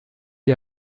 die